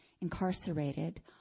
incarcerated